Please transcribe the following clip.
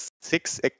six